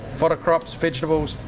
fodder crops, vegetables,